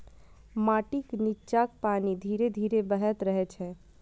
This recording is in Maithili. माटिक निच्चाक पानि धीरे धीरे बहैत रहै छै